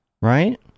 right